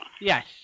Yes